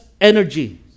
energy